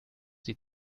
sie